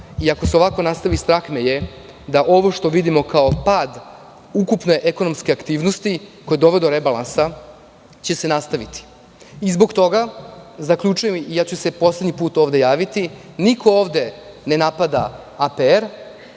Ako se ovako nastavi, strah me je da ovo što vidimo kao pad ukupne ekonomske aktivnosti, koje dovode do rebalansa, će se nastaviti. Zbog toga, zaključujem, poslednji put ću se ovde javiti, niko ovde ne napada APR,